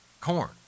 Corn